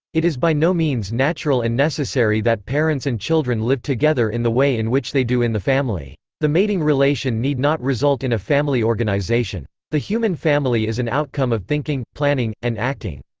it is by no means natural and necessary that parents and children live together in the way in which they do in the family. the mating relation need not result in a family organization. the human family is an outcome of thinking, planning, and acting.